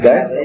Okay